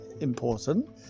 important